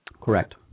Correct